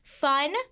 fun